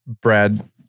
Brad